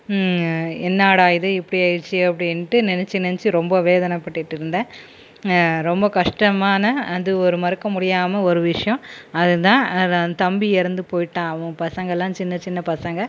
என்னாடா இது இப்படி ஆயிடுச்சு அப்படின்ட்டு நினச்சு நினச்சு ரொம்ப வேதனைப்பட்டுட்டு இருந்தேன் ரொம்ப கஷ்டமான அது ஒரு மறக்க முடியாமல் ஒரு விஷயம் அது தான் அதான் தம்பி இறந்து போயிவிட்டான் அவன் பசங்கள்லாம் சின்ன சின்ன பசங்க